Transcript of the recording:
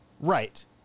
Right